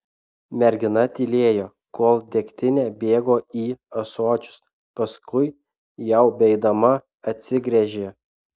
mergina tylėjo kol degtinė bėgo į ąsočius paskui jau beeidama atsigręžė